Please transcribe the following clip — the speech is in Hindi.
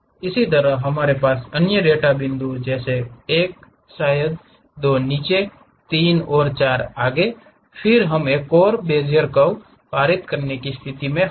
इसी तरह हमारे पास अन्य डेटा बिंदु जैसे एक शायद दो नीचे तीन और चार होंगे फिर हम एक और बेजल कर्व पारित करने की स्थिति में होंगे